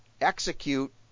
execute